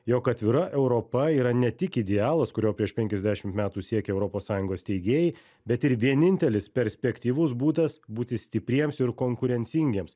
jog atvira europa yra ne tik idealas kurio prieš penkiasdešimt metų siekė europos sąjungos steigėjai bet ir vienintelis perspektyvus būdas būti stipriems ir konkurencingiems